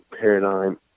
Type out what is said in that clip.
paradigm